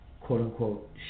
quote-unquote